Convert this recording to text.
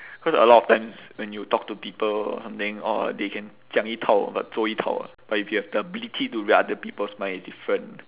cause a lot of times when you talk to people or something or they can 讲一套 but 做一套 ah but if you have the ability to read other people's mind it's different